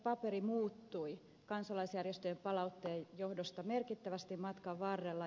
paperi muuttui kansalaisjärjestöjen palautteen johdosta merkittävästi matkan varrella